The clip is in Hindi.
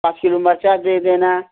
पाँच किलो मिर्च दे देना